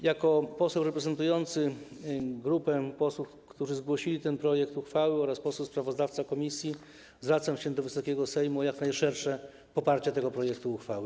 Jako poseł reprezentujący grupę posłów, którzy zgłosili ten projekt uchwały, oraz sprawozdawca komisji zwracam się do Wysokiego Sejmu o jak najszersze poparcie tego projektu uchwały.